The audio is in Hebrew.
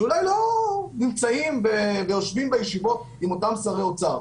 שאולי לא נמצאים ויושבים בישיבות עם אותם שרי אוצר,